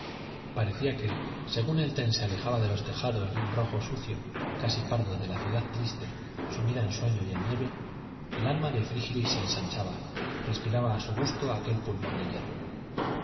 parecía que según el tren se alejaba de los tejados de un rojo sucio casi pardo de la ciudad triste sumida en sueño y en niebla el alma de frígilis se ensanchaba respiraba a su gusto aquel pulmón de hierro